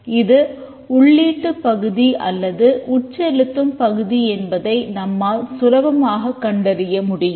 இது உள்ளீட்டுப் பகுதி அல்லது உட்செலுத்தும் பகுதி என்பதை நம்மால் சுலபமாகக் கண்டறிய முடியும்